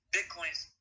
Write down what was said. Bitcoin's